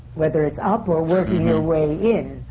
whether it's up or working your way in.